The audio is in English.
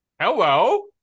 hello